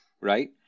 right